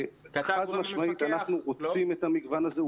חד משמעית אנחנו רוצים את המגוון הזה.